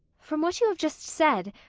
from what you have just said,